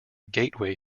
gateway